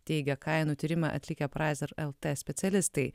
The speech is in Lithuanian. teigia kainų tyrimą atlikę pricer lt specialistai